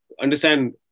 understand